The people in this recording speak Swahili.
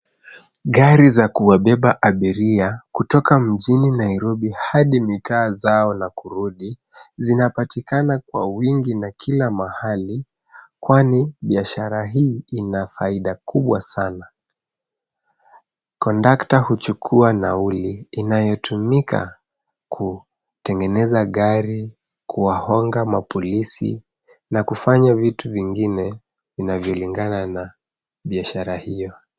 Gari za kuwabeba abiria kutoka mjini Nairobi hadi mitaa zao na kurudi, zinapatikana kwa wingi na kila mahali, kwani biashara hii ina faida kubwa sana. Kondakta huchukua nauli inayotumika kutengeneza gari, kuwahonga mapolisi na kufanya vitu vinavyolingana na biashara hiyo.